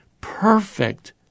perfect